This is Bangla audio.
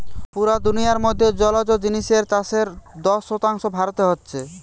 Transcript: পুরা দুনিয়ার মধ্যে জলজ জিনিসের চাষের দশ শতাংশ ভারতে হচ্ছে